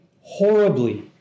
horribly